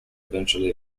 eventually